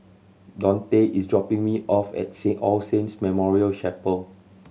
Dontae is dropping me off at All Saints Memorial Chapel